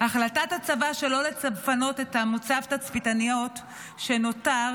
החלטת הצבא שלא לפנות את מוצב התצפיתניות שנותר,